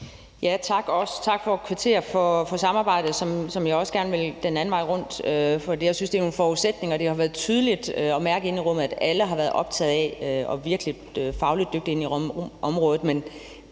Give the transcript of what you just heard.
for samarbejdet, som jeg også gerne vil gøre den anden vej rundt, for jeg synes, det er en forudsætning. Og det har været tydeligt inde i rummet at mærke, at alle har været virkelig fagligt dygtige inde i rummet